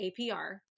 APR